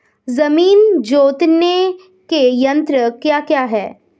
जमीन जोतने के यंत्र क्या क्या हैं?